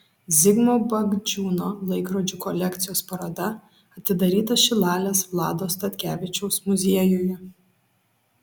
zigmo bagdžiūno laikrodžių kolekcijos paroda atidaryta šilalės vlado statkevičiaus muziejuje